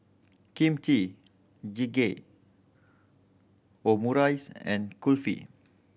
Kimchi Jjigae Omurice and Kulfi